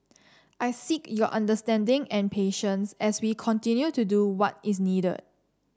I seek your understanding and patience as we continue to do what is needed